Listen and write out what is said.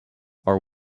are